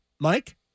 Mike